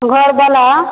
घर बलहा